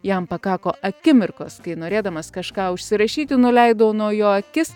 jam pakako akimirkos kai norėdamas kažką užsirašyti nuleidau nuo jo akis